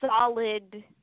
solid